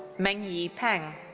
mengyi peng.